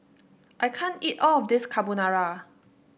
I can't eat all of this Carbonara